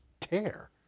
tear